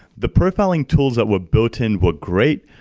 the profiling tools that were built in were great,